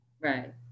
Right